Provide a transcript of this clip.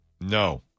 No